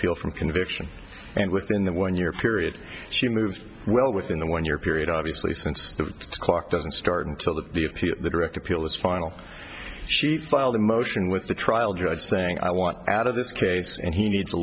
appeal from conviction and within the one year period she moved well within the one year period obviously since the clock doesn't start until the day of the direct appeal is final she filed a motion with the trial judge saying i want out of this case and he needs a